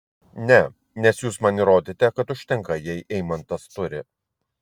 ne nes jūs man įrodėte kad užtenka jei eimantas turi